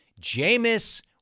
Jameis